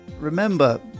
Remember